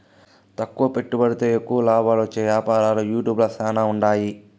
తక్కువ పెట్టుబడితో ఎక్కువ లాబాలొచ్చే యాపారాలు యూట్యూబ్ ల శానా ఉండాయి